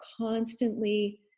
constantly